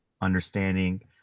understanding